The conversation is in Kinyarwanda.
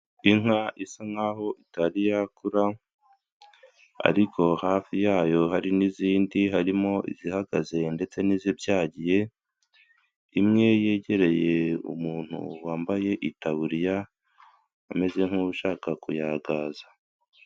Inka isa nkaho itari yakura ariko hafi yayo hari n'izindi harimo izihagaze ndetse n'izibyagiye, imwe yegereye umuntu wambaye itaburiya ameze nk'ushaka kuyagaza.